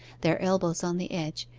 their elbows on the edge,